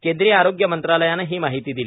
केंद्रीय आरोग्य मंत्रालयाने ही माहिती दिली